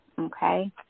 okay